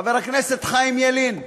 חבר הכנסת חיים ילין,